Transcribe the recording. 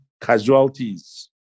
casualties